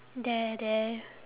there there